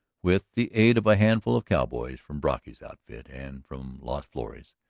with the aid of a handful of cowboys from brocky's outfit and from las flores,